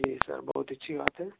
جی sir بہت اچھی بات ہے